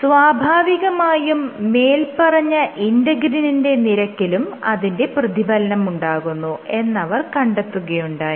സ്വാഭാവികമായും മേല്പറഞ്ഞ ഇന്റെഗ്രിനിന്റെ നിരക്കിലും അതിന്റെ പ്രതിഫലനമുണ്ടാകുന്നു എന്നവർ കണ്ടെത്തുകയുണ്ടായി